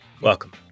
Welcome